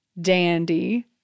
Dandy